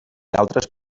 altres